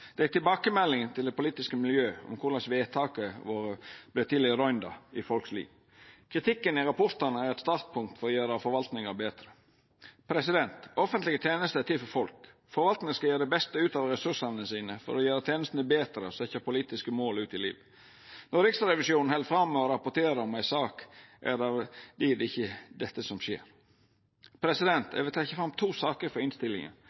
Det er ei tilbakemelding til det politiske miljøet om korleis vedtaka våre vert til i røynda, i folks liv. Kritikken i rapportane er eit startpunkt for å gjera forvaltinga betre. Offentlege tenester er til for folk. Forvaltinga skal gjera det beste ut av ressursane sine for å gjera tenestene betre og setja politiske mål ut i livet. Når Riksrevisjonen held fram med å rapportera om ei sak, er det ikkje dette som skjer. Eg vil trekkja fram to saker frå innstillinga